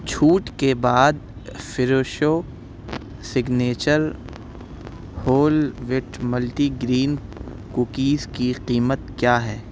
چھوٹ کے بعد Fresho signature whole wheat multi grain cookies کی قیمت کیا ہے